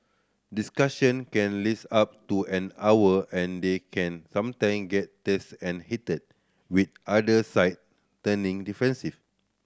discussion can up to an hour and they can sometime get tense and heated with either side turning defensive